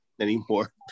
anymore